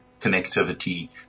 connectivity